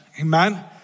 Amen